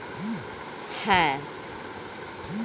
harvester হচ্ছে এক বড়ো যন্ত্র গাড়ি যেটা দিয়ে অনেক ফসল চাষ করা যায়